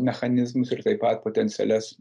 mechanizmus ir taip pat potencialias